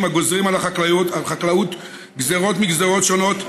הגוזרים על החקלאות גזרות מגזרות שונות,